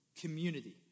community